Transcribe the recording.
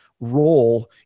role